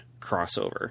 crossover